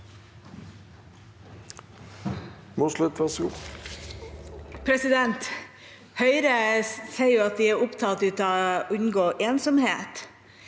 Høyre sier at de er opptatt av å unngå ensomhet,